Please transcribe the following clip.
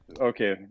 Okay